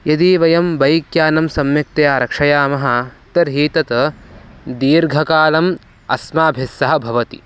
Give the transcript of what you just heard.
यदि वयं बैक्यानं सम्यक्तया रक्षयामः तर्हि तत दीर्घकालम् अस्माभिस्सः भवति